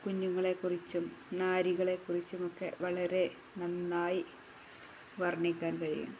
കുഞ്ഞുങ്ങളെക്കുറിച്ചും നാരികളെക്കുറിച്ചുമൊക്കെ വളരെ നന്നായി വർണ്ണിക്കാൻ കഴിയും